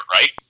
right